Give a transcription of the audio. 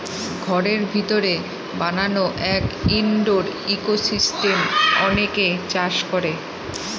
ঘরের ভিতরে বানানো এক ইনডোর ইকোসিস্টেম অনেকে চাষ করে